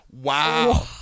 Wow